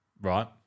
Right